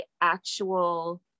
actual